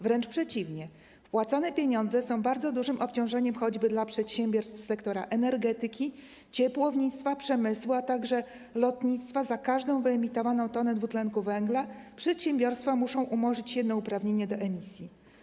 Wręcz przeciwnie, wpłacone pieniądze są bardzo dużym obciążeniem choćby dla przedsiębiorstw z sektora energetyki, ciepłownictwa, przemysłu, a także lotnictwa: za każdą wyemitowaną tonę CO2 przedsiębiorstwa muszą umorzyć jedno uprawnienie do emisji.